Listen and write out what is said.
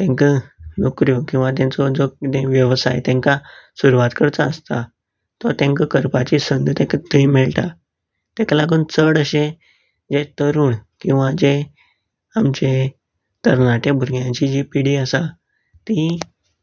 तेंका नोकऱ्यो किंवां तेंचो जो कितेंय वेवसाय तेंका सुरवात करचो आसता तो करपाची संद थंय तेका मेळटा तेका लागून चड अशें हे तरूण किंवां जे आमचे तरणाट्या भुरग्यांची जी पिडी आसा ती